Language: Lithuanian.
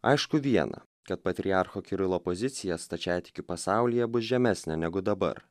aišku viena kad patriarcho kirilo pozicija stačiatikių pasaulyje bus žemesnė negu dabar